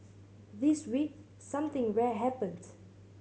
this week something rare happened